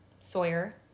Sawyer